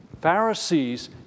Pharisees